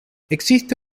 existe